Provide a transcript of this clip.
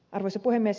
arvoisa puhemies